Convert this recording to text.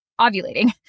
ovulating